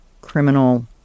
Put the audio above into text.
criminal